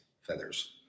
feathers